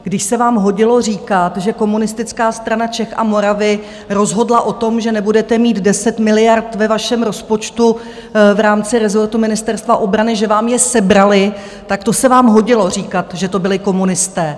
Když se vám hodilo říkat, že Komunistická strana Čech a Moravy rozhodla o tom, že nebudete mít deset miliard ve vašem rozpočtu v rámci rezortu Ministerstva obrany, že vám je sebrali, tak to se vám hodilo říkat, že to byli komunisté.